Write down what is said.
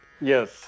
Yes